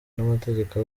n’amategeko